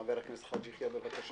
חבר הכנסת חאג' יחיא, בבקשה.